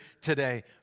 today